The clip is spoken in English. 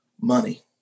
money